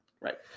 Right